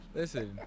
listen